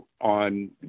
on